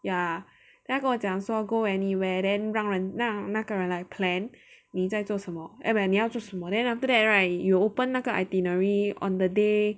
yeah then 跟我讲说 go anywhere then 让人让那个人来 plan 你在做什么 eh 你要做什么 after that right you open 那个 itinerary on the day